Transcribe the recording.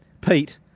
Pete